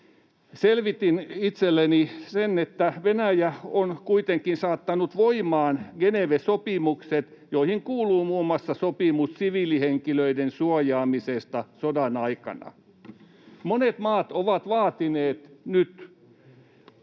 Selvitin itselleni sen, että Venäjä on kuitenkin saattanut voimaan Geneve-sopimukset, joihin kuuluu muun muassa sopimus siviilihenkilöiden suojaamisesta sodan aikana. Monet maat ovat vaatineet nyt